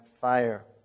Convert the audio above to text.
fire